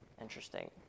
Interesting